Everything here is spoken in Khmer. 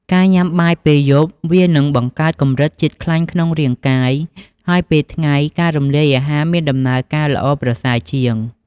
ការញុំាបាយពេលយប់វានឹងបង្កើនកម្រិតជាតិខ្លាញ់ក្នុងរាងកាយ ហើយពេលថ្ងៃការរំលាយអាហារមានដំណើរការល្អប្រសើរជាង។